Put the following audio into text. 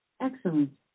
Excellent